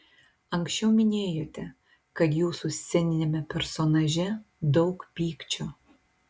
anksčiau minėjote kad jūsų sceniniame personaže daug pykčio